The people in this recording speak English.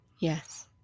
Yes